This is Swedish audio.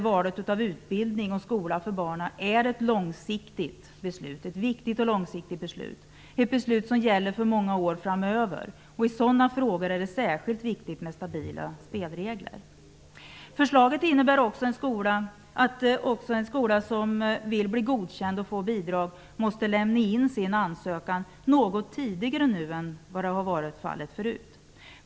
Valet av utbildning och skola för barnen är ju ett långsiktigt och viktigt beslut som skall gälla för många år framöver, och i sådana frågor är det särskilt viktigt med stabila spelregler. Förslaget innebär också att en skola som vill bli godkänd och få bidrag måste lämna in sin ansökan något tidigare nu jämfört med vad som varit fallet förut.